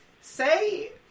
say